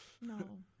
No